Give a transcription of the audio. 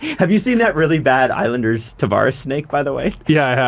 have you seen that really bad islanders tavares snake by the way? yeah, i have.